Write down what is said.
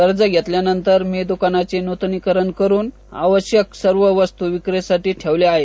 कर्ज घेतल्यानंतर मी दुकानाचे नूतनीकरण करून आवश्यक सर्व वस्तू विक्रीसाठी ठेवल्या आहेत